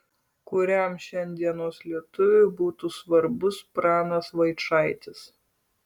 kuriam šiandienos lietuviui būtų svarbus pranas vaičaitis